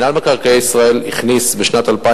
מינהל מקרקעי ישראל הכניס בשנת 2010